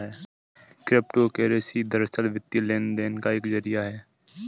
crypto currency दरअसल, वित्तीय लेन देन का एक जरिया है